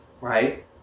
right